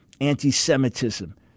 anti-semitism